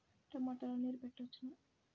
టమాట లో నీరు పెట్టవచ్చునా?